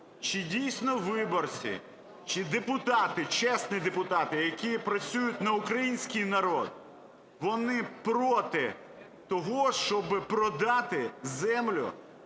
чи дійсно виборці, чи депутати, чесні депутати, які працюють на український народ, вони проти того, щоб продати землю